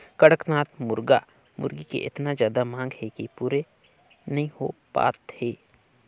कड़कनाथ मुरगा मुरगी के एतना जादा मांग हे कि पूरे नइ हो पात हे